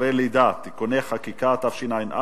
התשע"א 2011, של חבר הכנסת אורי אריאל,